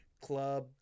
club